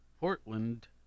Portland